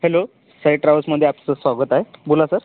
hello Sai ट्रॅवल्समधे आपलं स्वागत आहे बोला सर